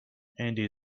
andy